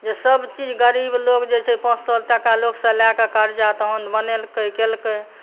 जे सभ चीज गरीब लोक जे छै से पाँच सए टका लोकसँ लऽ कऽ कर्जा तहन बनेलकै केलकै